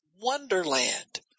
Wonderland